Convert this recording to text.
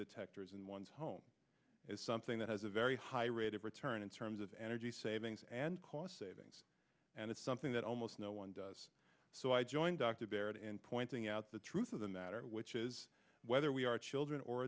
detectors in one's home is something that has a very high rate of return in terms of energy savings and cost savings and it's something that almost no one does so i joined dr barrett in pointing out the truth of the matter which is whether we are children or